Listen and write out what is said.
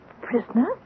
Prisoner